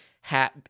hat